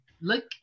look